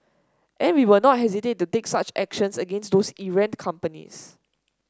and we will not hesitate to take such actions against those errant companies